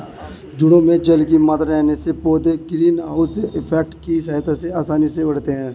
जड़ों में जल की मात्रा रहने से पौधे ग्रीन हाउस इफेक्ट की सहायता से आसानी से बढ़ते हैं